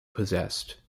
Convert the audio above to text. possessed